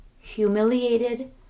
humiliated